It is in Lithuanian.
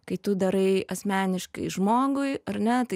kai tu darai asmeniškai žmogui ar ne tai